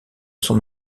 son